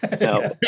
No